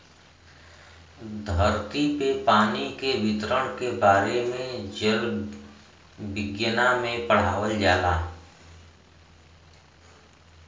धरती पे पानी के वितरण के बारे में जल विज्ञना में पढ़ावल जाला